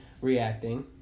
reacting